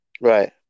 Right